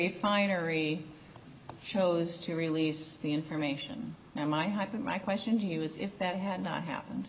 refinery shows to release the information and my hype and my question to you is if that had not happened